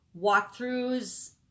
Walkthroughs